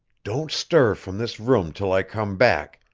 don't stir from this room till i come back,